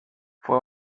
fue